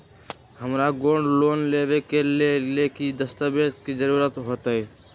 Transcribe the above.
हमरा gold loan लेबे के लेल कि कि दस्ताबेज के जरूरत होयेत?